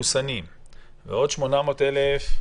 שלא יהיו זיופים.